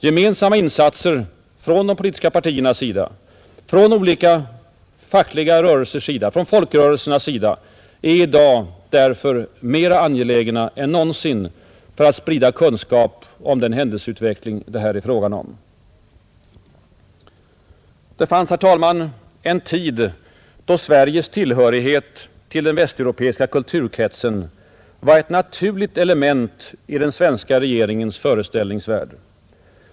Gemensamma insatser från de politiska partiernas sida, från olika fackliga rörelsers sida, från folkrörelsernas sida är i dag därför mer angelägna än någonsin för att sprida kunskap om den händelseutveckling det här är fråga om. Det fanns en tid, herr talman, då Sveriges tillhörighet till den västeuropeiska kulturkretsen var ett naturligt element i den svenska regeringens föreställningsvärld.